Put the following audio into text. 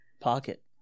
pocket